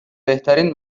بهترین